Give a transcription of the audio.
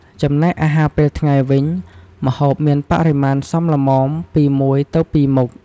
ចំណែកឯអាហារពេលថ្ងៃវិញ ម្ហូបមានបរិមាណសមល្មម ពី១ទៅ២ មុខ។